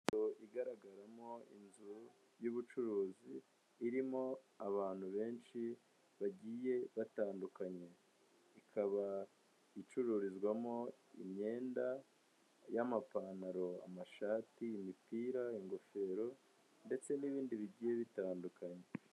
Igaragaramo inzu y'ubucuruzi irimo abantu benshi bagiye batandukanye, ikaba icururizwamo imyenda y'amapantaro, amashati, imipira, ingofero ndetse n'ibindi bigiye bitandukanye.